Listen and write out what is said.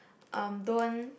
um don't